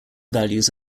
values